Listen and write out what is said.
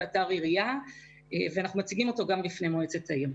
אתר עירייה ואנחנו גם מציגים אותו בפני מועצת העיר.